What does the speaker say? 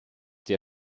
der